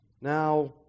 Now